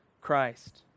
Christ